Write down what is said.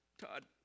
Todd